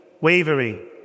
wavering